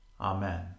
Amen